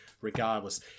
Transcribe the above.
regardless